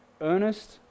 earnest